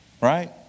right